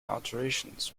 alterations